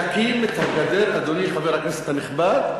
תקים את הגדר, אדוני חבר הכנסת הנכבד,